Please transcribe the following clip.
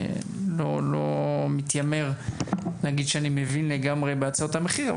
אני לא מתיימר להגיד שאני מבין לגמרי בהצעות המחיר,